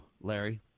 Larry